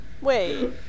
Wait